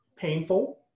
Painful